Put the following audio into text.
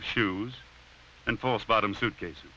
of shoes and false bottom suitcases